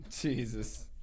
Jesus